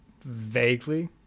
Vaguely